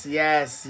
yes